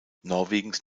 norwegens